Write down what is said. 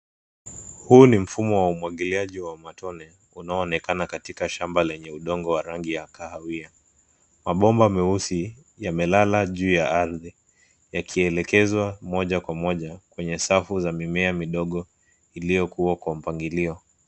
Huu ni mfumo wa umwangiliaji wa matone unaonekana kwenye udongo wenye rangi ya kahawia .Mabomba meusi yamelala juu ya ardhi yakielekezwa moja kwa moja kwenye safu ya mimea midogo iliyokua kwa mpangilio.